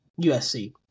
USC